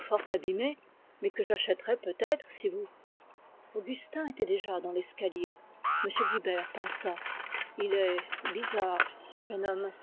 fort abîmées mais que j'achèterais peut-être si vous augustin était déjà dans l'escalier m guilbert pensa il est bizarre ce jeune homme